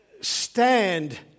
stand